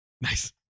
Nice